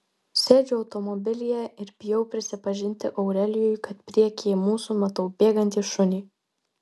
sėdžiu automobilyje ir bijau prisipažinti aurelijui kad priekyje mūsų matau bėgantį šunį